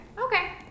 Okay